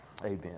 amen